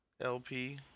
LP